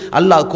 Allah